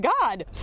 god